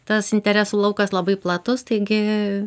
tas interesų laukas labai platus taigi